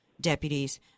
deputies